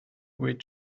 wait